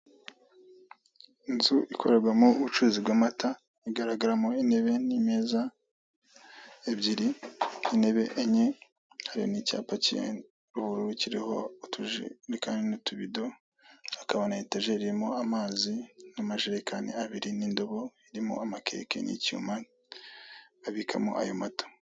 Inzu ikorerwamo ubucuruzi bw'amata, igaragaramo intebe n'imeza ebyiri, intebe enye, hari n'icyapa cy'ubururu kiriho utujerekani n'utubido, hakaba na etajeri irimo amazi n'amajerekani abiri n'indobo irimo amakeke n'icyuma babikamo ayo mata.